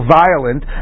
violent